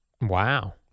Wow